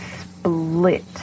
split